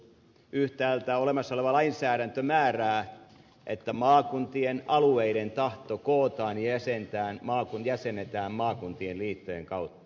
yhtäältä olemassa oleva lainsäädäntö määrää että maakuntien alueiden tahto kootaan ja jäsennetään maakuntien liittojen kautta